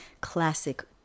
classic